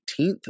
18th